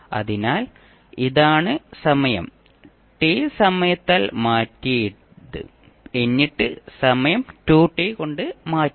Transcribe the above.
അതിനാൽ ഇതാണ് സമയം T സമയത്താൽ മാറ്റിയത് എന്നിട്ട് സമയം 2T കൊണ്ട് മാറ്റി